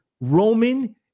Roman